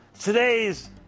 Today's